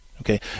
Okay